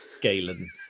Galen